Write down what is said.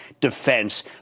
defense